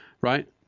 right